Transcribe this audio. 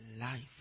life